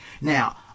Now